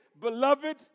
Beloved